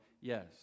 Yes